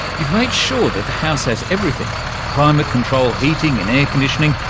you've made sure that the house has everything climate control heating and air-conditioning,